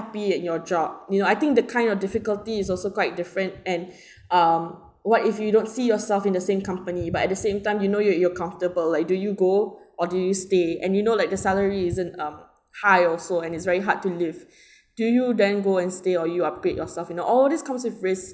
~py at your job you know I think the kind of difficulty is also quite different and um what if you don't see yourself in the same company but at the same time you know you're you're comfortable like do you go or do you stay and you know like the salary isn't uh high also and it's very hard to live do you then go and stay or you upgrade yourself and all this comes with risk